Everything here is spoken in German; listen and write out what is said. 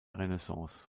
renaissance